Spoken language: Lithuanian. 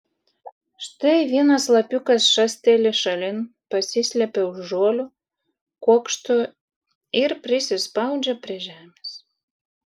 štai vienas lapiukas šasteli šalin pasislepia už žolių kuokšto ir prisispaudžia prie žemės